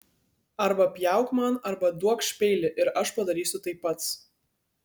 arba pjauk man arba duokš peilį ir aš padarysiu tai pats